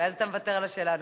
ואז אתה מוותר על השאלה הנוספת.